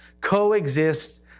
coexist